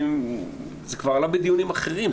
זה כבר עלה בדיונים אחרים.